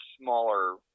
smaller